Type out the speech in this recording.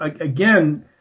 again